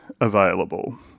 available